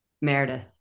Meredith